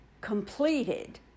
completed